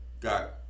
got